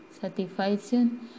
satisfaction